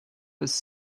was